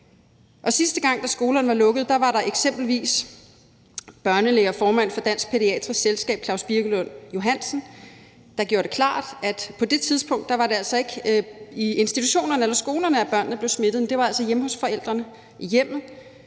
Sidste gang, da skolerne var lukkede, gjorde eksempelvis børnelæge og formand for Dansk Pædiatrisk Selskab Klaus Birkelund Johansen det klart, at på det tidspunkt var det altså ikke i institutionerne eller på skolerne, at børnene blev smittet, for det var altså hjemme hos forældrene, og han mente